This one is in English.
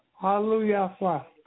Hallelujah